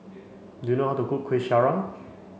do you know how to cook Kuih Syara